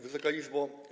Wysoka Izbo!